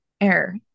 air